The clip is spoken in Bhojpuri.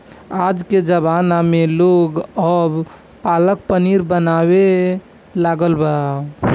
आजकल के ज़माना में लोग अब पालक पनीर बनावे लागल बा